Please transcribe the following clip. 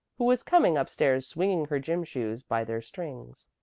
who was coming up-stairs swinging her gym shoes by their strings.